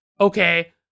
okay